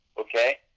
okay